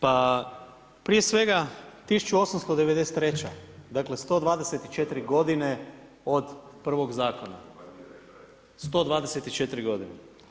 Pa prije svega 1893., dakle 124 godine od prvog zakona, 124 godine.